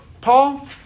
Paul